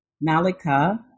Malika